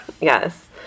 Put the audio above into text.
Yes